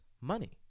money